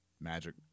Magic